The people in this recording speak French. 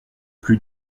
plus